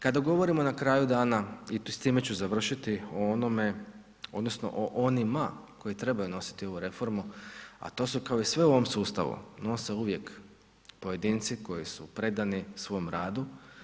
Kada govorimo na kraju dana i s time ću završiti, o onome odnosno o onima koji trebaju nositi ovu reformu, a to su kao i sve u ovome sustavu, nose uvijek pojedinci koji su predani svom radu.